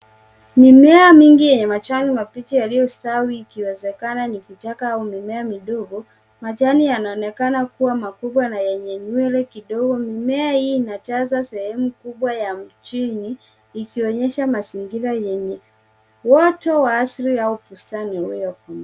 Mimea mingi yenye majani mabichi yaliyostawi ikiwezekana ni vichaka au mimea midogo. Majani yanaonekana kuwa makubwa yana yenye nywele kidogo. Mimea hii inajaza sehemu kubwa ya mjini ikionyesha mazingira yenye uato wa asili au bustani uliopo.